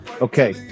Okay